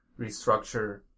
restructure